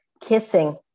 kissing